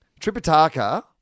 Tripitaka